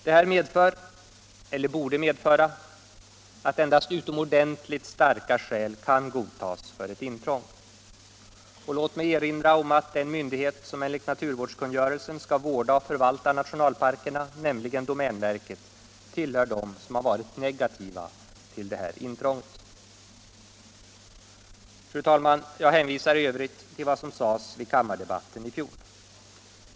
Detta medför — eller borde medföra — att endast utomordentligt starka skäl kan godtas för ett intrång. Låt mig erinra om att den myndighet som enligt naturvårdskungörelsen skall vårda och förvalta nationalparkerna, nämligen domänverket, tillhör dem som varit negativa till intrånget. Fru talman! Jag hänvisar i övrigt till vad som sades under kammardebatten i fjol.